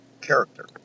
character